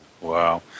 Wow